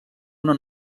una